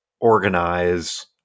organize